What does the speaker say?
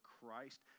Christ